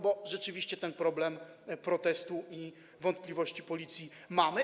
Bo rzeczywiście problem protestu i wątpliwości policji mamy.